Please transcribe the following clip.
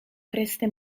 creste